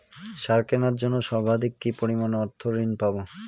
সার কেনার জন্য সর্বাধিক কি পরিমাণ অর্থ ঋণ পাব?